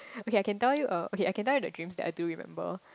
okay I can tell you uh okay I can tell you the dreams that I do remember